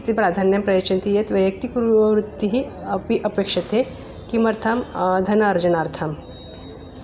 इति प्राधान्यं प्रयच्छन्ति यत् वैयक्तिकं वृत्तिः अपि अपेक्ष्यते किमर्थं धन अर्जनार्थं